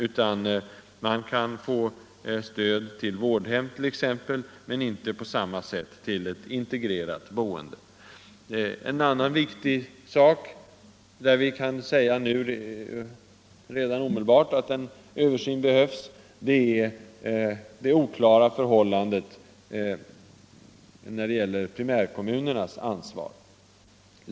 Man kan t.ex. få stöd till vårdhem men inte på samma sätt till ett integrerat boende. En annan viktig punkt, där vi redan nu kan säga att en omedelbar översyn behövs, är de oklara förhållandena när det gäller primärkom munernas ansvar.